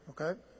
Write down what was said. Okay